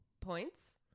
points